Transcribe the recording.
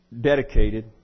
dedicated